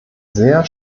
sehr